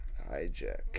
Hijack